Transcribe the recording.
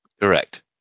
Correct